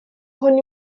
con